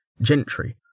gentry